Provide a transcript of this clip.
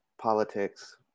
politics